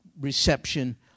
reception